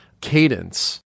cadence